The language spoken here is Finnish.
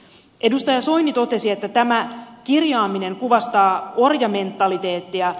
edustaja soini totesi että tämä kirjaaminen kuvastaa orjamentaliteettia